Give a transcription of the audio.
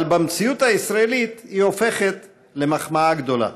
אבל במציאות הישראלית היא הופכת למחמאה גדולה.